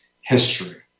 history